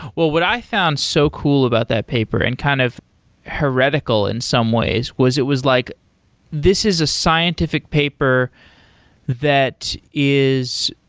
well, i found so cool about that paper and kind of heretical in some ways was it was like this is a scientific paper that is